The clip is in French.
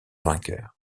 vainqueur